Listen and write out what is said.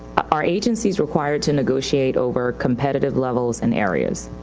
are agencies required to negotiate over competitive levels and areas?